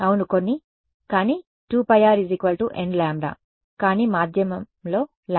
అవును కొన్ని కానీ 2πr nλ కానీ మాధ్యమంలో λ